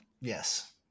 Yes